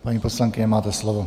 Paní poslankyně, máte slovo.